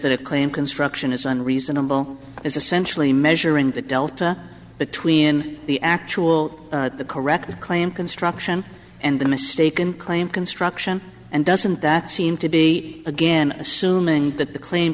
that claim construction isn't reasonable is essentially measuring the delta between the actual the correct claim construction and the mistaken claim construction and doesn't that seem to be again assuming that the claim